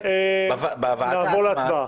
אומר --- נעבור להצבעה.